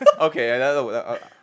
Okay